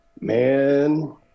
man